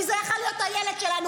כי זה היה יכול היה להיות הילד שלנו,